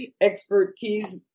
expertise